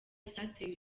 icyateye